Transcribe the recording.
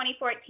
2014